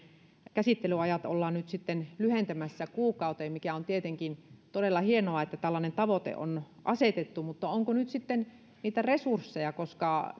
käsittelyajat ollaan nyt sitten lyhentämässä kuukauteen ja on tietenkin todella hienoa että tällainen tavoite on asetettu mutta onko nyt sitten niitä resursseja